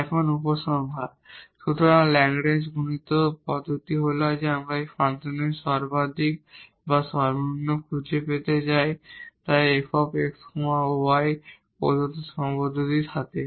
এখন উপসংহার সুতরাং ল্যাগরেঞ্জ গুণক পদ্ধতি হল যে আমরা এখানে একটি ফাংশনের ম্যাক্সিমা বা মিনিমা খুঁজে পেতে চাই f x y প্রদত্ত সীমাবদ্ধতার সাথে